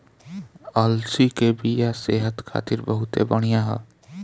अलसी के बिया सेहत खातिर बहुते बढ़िया ह